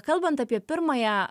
kalbant apie pirmąją